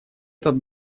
этот